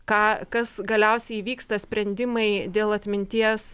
ką kas galiausiai įvyksta sprendimai dėl atminties